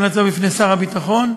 בפני שר הביטחון,